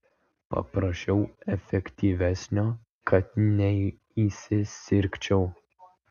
paprašiau efektyvesnio kad neįsisirgčiau